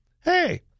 hey